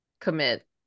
commit